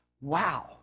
wow